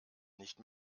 nicht